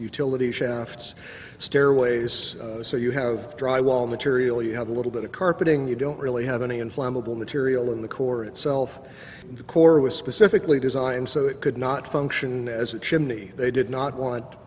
utility shafts stairways so you have dry wall material you have a little bit of carpeting you don't really have any inflammable material in the core itself the core was specifically designed so it could not function as a chimney they did not want